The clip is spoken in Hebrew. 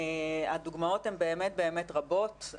הדוגמאות הן באמת רבות.